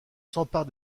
s’empare